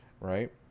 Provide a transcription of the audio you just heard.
Right